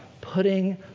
putting